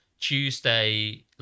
Tuesday